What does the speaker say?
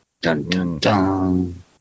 Dun-dun-dun